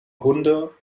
hunde